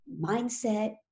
mindset